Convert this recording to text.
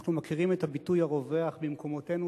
אנחנו מכירים את הביטוי הרווח במקומותינו,